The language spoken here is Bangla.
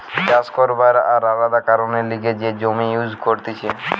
চাষ করবার আর আলাদা কারণের লিগে যে জমি ইউজ করতিছে